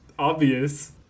obvious